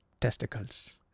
testicles